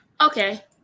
Okay